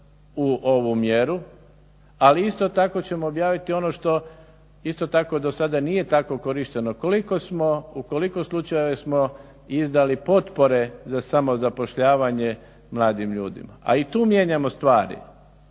u ovu mjeru, ali isto tako ćemo objaviti ono što isto tako do sada nije tako korišteno, u koliko slučajeva smo izdali potpore za samozapošljavanje mladim ljudima. A i tu mijenjamo stvari